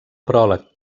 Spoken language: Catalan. pròleg